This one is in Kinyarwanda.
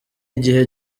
igihe